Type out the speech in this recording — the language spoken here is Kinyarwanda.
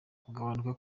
kugabanuka